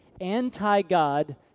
anti-God